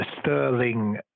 sterling